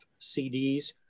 CDs